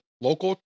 local